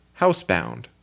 Housebound